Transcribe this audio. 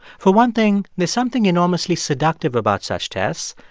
for one thing, there's something enormously seductive about such tests.